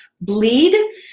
bleed